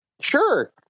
Sure